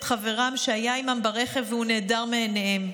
חברם שהיה עימם ברכב והוא נעדר מעיניהם,